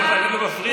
פה סגן השרה.